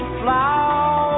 flowers